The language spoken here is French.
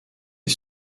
est